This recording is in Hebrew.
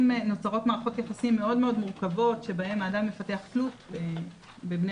מערכות יחסים מאוד מאוד מורכבות שבהן האדם מפתח תלות בבני